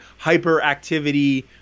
hyperactivity